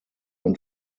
und